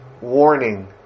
warning